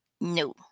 No